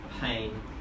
pain